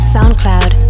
SoundCloud